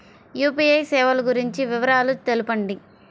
UPI సేవలు గురించి వివరాలు తెలుపండి?